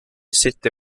sette